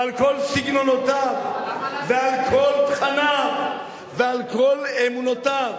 ועל כל סגנונותיו, ועל כל תכניו, ועל כל אמונותיו.